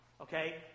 okay